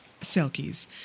Selkies